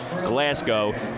Glasgow